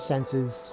senses